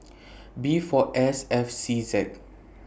B four S F C Z